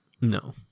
no